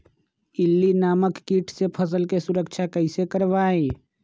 इल्ली नामक किट से फसल के सुरक्षा कैसे करवाईं?